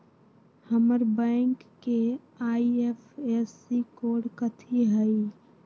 हमर बैंक के IFSC code कथि हई?